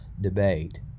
debate